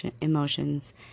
emotions